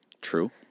True